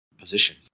position